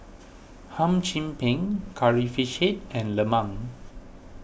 Hum Chim Peng Curry Fish Head and Lemang